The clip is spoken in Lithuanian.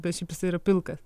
bet šiaip jis yra pilkas